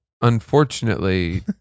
unfortunately